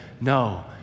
no